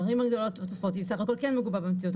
בערים הגדולות היא סך הכול כן מגובה במציאות.